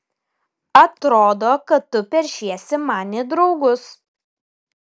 atrodo kad tu peršiesi man į draugus